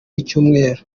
y’icyumweru